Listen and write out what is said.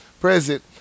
present